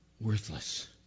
worthless